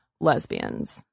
lesbians